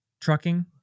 trucking